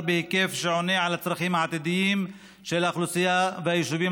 בהיקף שעונה על הצרכים העתידיים של האוכלוסייה והישובים